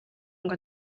ngo